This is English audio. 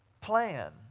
plan